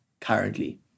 currently